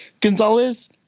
Gonzalez